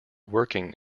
working